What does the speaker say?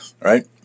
right